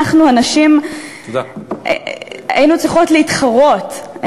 אנחנו הנשים היינו צריכות להתחרות על